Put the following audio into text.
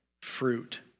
fruit